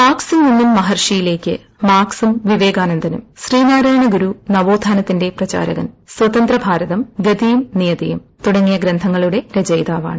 മാർക്സിൽ നിന്നും മഹർഷിയിലേക്ക് മാർക്സും വിവേകാനന്ദനും ശ്രീനാരായണ ഗുരു നവ്വോത്ഥൻനത്തിന്റെ പ്രചാരകൻ സ്വതന്ത്ര ഭാരതം ഗതിയും നിയതിയും തുടങ്ങീയ് ഗ്രന്ഥങ്ങളുടെ രചയിതാവാണ്